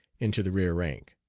into the rear rank.